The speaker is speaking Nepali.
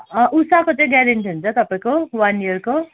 अँ उषाको चाहिँ ग्यारेन्टी हुन्छ तपाईँको वन इयरको